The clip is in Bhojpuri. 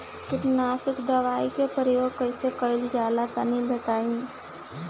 कीटनाशक दवाओं का प्रयोग कईसे कइल जा ला तनि बताई?